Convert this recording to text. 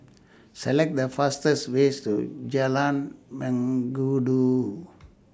Select The fastest ways to Jalan Mengkudu